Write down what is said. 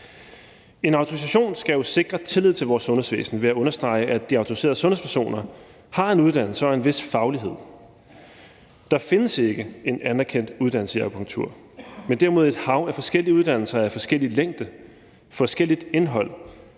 En autorisation skal jo sikre tillid til vores sundhedsvæsen ved at understrege, at de autoriserede sundhedspersoner har en uddannelse og en vis faglighed. Der findes ikke en anerkendt uddannelse i akupunktur, men derimod et hav af forskellige uddannelser med forskellig længde, med forskelligt indhold,